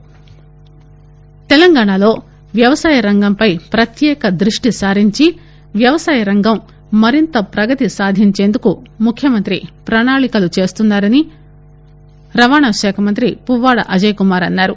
పువ్వాడ తెలంగాణలో వ్యవసాయ రంగంపై ప్రత్యేక దృష్టి సారించి వ్యవసాయ రంగం మరింత ప్రగతి సాధించేందుకు ముఖ్యమంత్రి ప్రణాళికలు చేస్తున్నారని రవాణా శాఖ మంత్రి పువ్వాడ అజయ్ కుమార్ అన్నారు